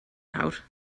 nawr